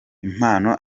impano